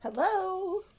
Hello